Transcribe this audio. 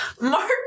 Martin